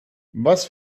was